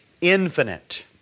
infinite